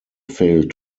failed